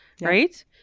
right